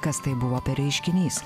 kas tai buvo per reiškinys